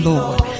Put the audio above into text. Lord